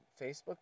Facebook